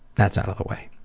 that's out of the way.